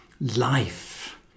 life